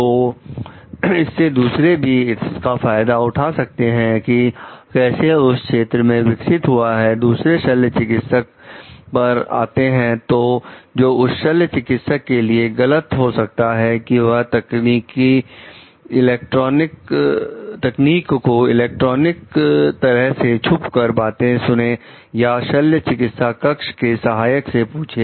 तो इससे दूसरे भी इसका फायदा उठा सकते हैं कि कैसे यह क्षेत्र विकसित हुआ है दूसरे शल्य चिकित्सक पर आते हैं जो उस शल्य चिकित्सक के लिए गलत हो सकता है कि वह तकनीको इलेक्ट्रॉनिक तरह से छुपकर बातें सुने या शल्य चिकित्सा कक्ष के सहायक से पूछे